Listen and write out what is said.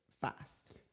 fast